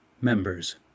Members